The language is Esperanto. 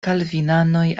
kalvinanoj